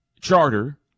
charter